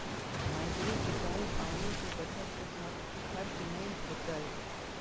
micro सिंचाई पानी के बचत के साथ खर्च नय होतय